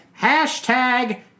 Hashtag